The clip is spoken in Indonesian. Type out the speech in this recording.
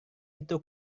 itu